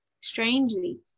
Strangely